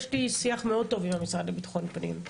יש לי שיח מאוד טוב עם המשרד לביטחון פנים.